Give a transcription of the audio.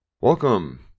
Welcome